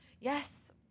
Yes